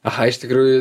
aha iš tikrųjų